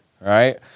right